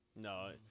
No